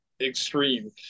extreme